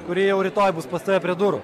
kuri jau rytoj bus pas tave prie durų